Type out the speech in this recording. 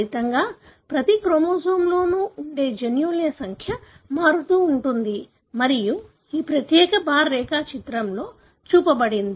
ఫలితంగా ప్రతి క్రోమోజోమ్లో ఉండే జన్యువుల సంఖ్య మారుతూ ఉంటుంది మరియు ఈ ప్రత్యేక బార్ రేఖాచిత్రంలో చూపబడింది